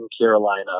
Carolina